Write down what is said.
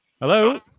Hello